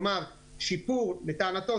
כלומר לטענתו,